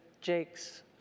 Jake's